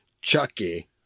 Chucky